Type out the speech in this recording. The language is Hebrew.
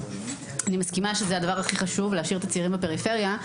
אני מסכימה שזה הדבר הכי חשוב להשאיר את הצעירים בפריפריה,